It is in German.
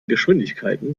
geschwindigkeiten